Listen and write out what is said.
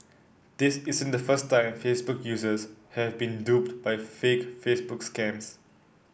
this isn't the first time Facebook users have been duped by fake Facebook scams